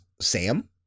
Sam